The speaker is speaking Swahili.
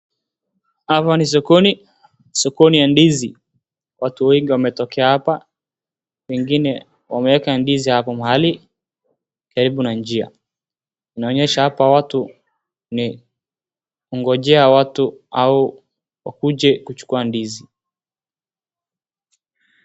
Hapa ni sokoni, sokoni ya ndizi. Watu wengi wametokea hapa, wengine wameeka ndizi hapa mahali karibu na njia. Inaonyesha hapa watu ni kungonjea watu au wakuje kuchukua ndizi.